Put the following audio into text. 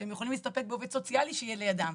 שהם יכולים להסתפק בעובד סוציאלי שיהיה לידם.